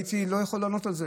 לא הייתי יכול לענות על זה,